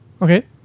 Okay